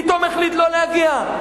פתאום החליט שלא להגיע.